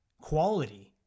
quality